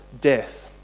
death